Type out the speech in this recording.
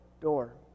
door